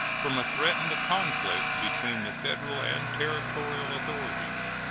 from a threatened conflict between the federal and territorial authorities.